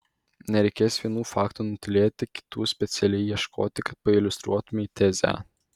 nereikės vienų faktų nutylėti kitų specialiai ieškoti kad pailiustruotumei tezę